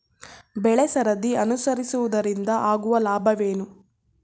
ಬೆಳೆಸರದಿ ಅನುಸರಿಸುವುದರಿಂದ ಆಗುವ ಲಾಭವೇನು?